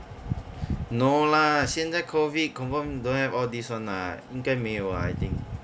no lah 现在 COVID confirm don't have all this [one] [what] 应该没有 ah I think